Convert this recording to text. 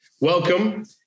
Welcome